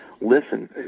listen